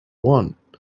want